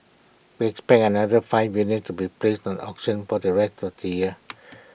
we expect another five units to be placed an auction for the rest of the year